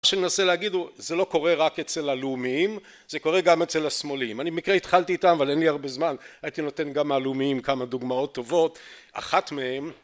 שאני אנסה להגיד זה לא קורה רק אצל הלאומיים זה קורה גם אצל השמאליים אני במקרה התחלתי איתם אבל אין לי הרבה זמן הייתי נותן גם מהלאומיים כמה דוגמאות טובות אחת מהם